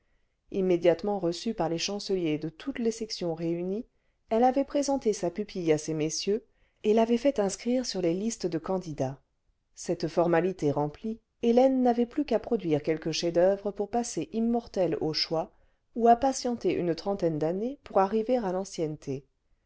immédiatement reçue par les chanceliers de toutes les sections réunies elle avait présenté sa pupille à ces messieurs et l'avait fait inscrire sur les listes de candidats cette formalité remplie hélène n'avait plus qu'à produire quelque chef-d'oeuvre pour passer immortelle au choix ou à patienter une trentaine d'années pour arriver à l'ancienneté